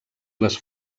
les